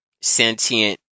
sentient